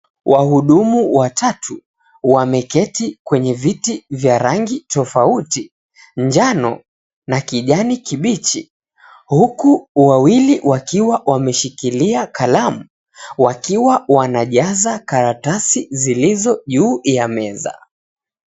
Wahudumu watatu, wameketi kwenye viti vya rangi tofauti njano na kijani kibichi huku wawili wakiwa wameshikilia kalamu wakiwa wanajaza karatasi zilizo juu ya meza.